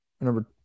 Number